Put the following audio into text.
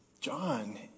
John